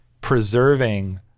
preserving